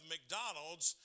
McDonald's